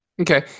Okay